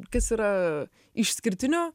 kas yra išskirtinio